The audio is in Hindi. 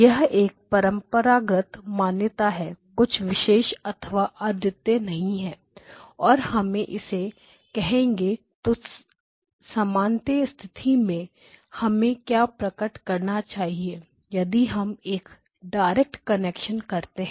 यह एक परंपरागत मान्यता है कुछ विशेष अथवा अद्वितीय नहीं है और हमें इसे xn कहेंगे तो सामान्य स्थिति में हमें क्या प्रकट करना चाहिए यदि हम एक डायरेक्ट कनेक्शन करते हैं